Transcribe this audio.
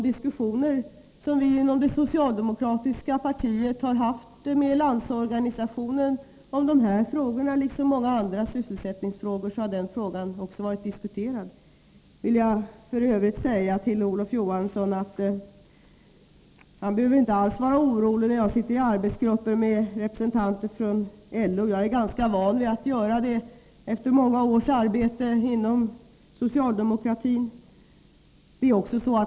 Den frågan har varit uppe i de disku ialdemokratiska partiet har fört med Landsorganisationen, liksom många andra sysse fö si medi sioner som vi inom det so sättningsfrågor. Jag vill a till Olof Johansson att han inte behöver vara orolig när jag sitter arbetsgrupper med representanter från LO: jag är ganska van att göra det efter många års arbete inom socialdemokratin.